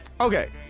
Okay